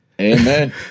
amen